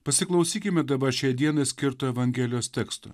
pasiklausykime dabar šiai dienai skirto evangelijos teksto